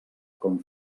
com